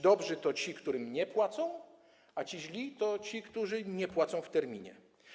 Dobrzy to ci, którym nie płacą, a źli to ci, którzy nie płacą w terminie.